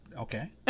Okay